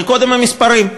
אבל קודם המספרים,